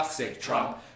Trump